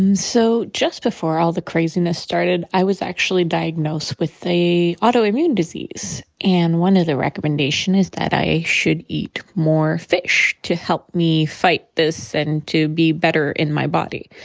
um so just before all the craziness started, i was actually diagnosed with a autoimmune disease. and one of the recommendation is that i should eat more fish to help me fight this, and to be better in my body.